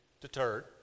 deterred